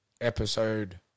Episode